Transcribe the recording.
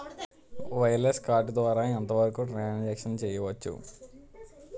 Wireless card ద్వారా ఎంత వరకు ట్రాన్ సాంక్షన్ చేయవచ్చు?